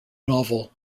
novel